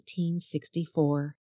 1864